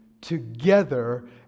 together